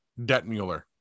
Detmuller